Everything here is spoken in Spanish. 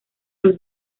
los